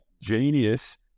genius